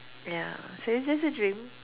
ya so it's just a dream